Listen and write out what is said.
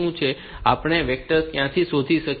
તો આપણે આ વેક્ટર્સ ક્યાંથી શોધી શકીએ